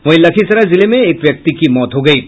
वहीं लखीसराय जिले में एक व्यक्ति की मौत हुई है